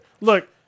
Look